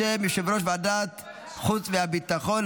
בשם יושב-ראש ועדת החוץ והביטחון,